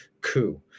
coup